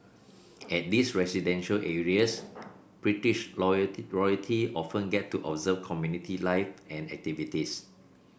at these residential areas British royalty often get to observe community life and activities